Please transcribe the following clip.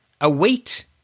await